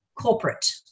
corporate